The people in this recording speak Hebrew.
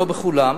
לא בכולם,